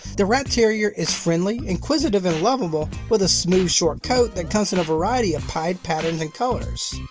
the rat terrier is friendly, inquisitive and lovable with a smooth, short coat that comes in a variety of pied patterns and colors.